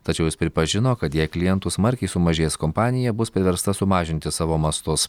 tačiau jis pripažino kad jei klientų smarkiai sumažės kompanija bus priversta sumažinti savo mastus